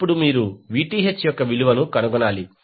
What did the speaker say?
ఇప్పుడు మీరు Vth యొక్క విలువను కనుగొనాలి